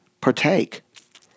partake